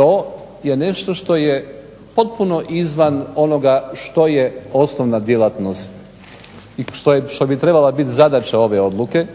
To je nešto što je potpuno izvan onoga što je osnova djelatnost što bi trebala biti osnovna zadaća odluke.